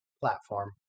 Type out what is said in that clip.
platform